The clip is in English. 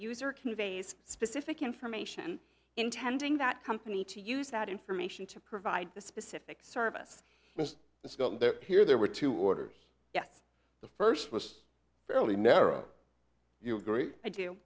user conveys specific information intending that company to use that information to provide the specific service is still there here there were two orders yes the first was fairly narrow you agree to do